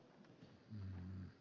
puhemies